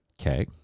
Okay